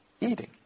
eating